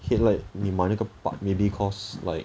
headlight 你买那个 part maybe cost like